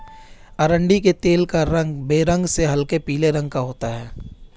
अरंडी के तेल का रंग बेरंग से हल्के पीले रंग का होता है